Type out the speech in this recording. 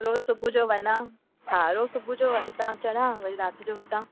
रोज़ु सुबुह जो वञां हा रोज़ु सुबुह जो हितां चढ़ां वरी राति जो हुतां